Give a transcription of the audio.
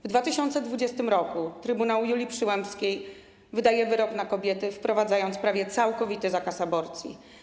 W 2020 r. trybunał Julii Przyłębskiej wydaje wyrok na kobiety, wprowadzając prawie całkowity zakaz aborcji.